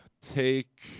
take